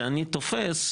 שאני תופס,